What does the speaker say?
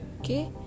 Okay